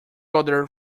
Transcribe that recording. other